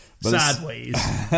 sideways